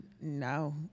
No